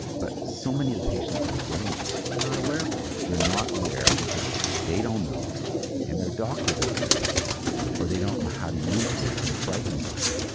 but so many of the patients aren't getting them. they're not aware of them. they're not aware because they don't know and their doctor doesn't know or they don't know how to use them or they're frightened by them.